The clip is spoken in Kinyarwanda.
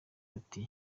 ati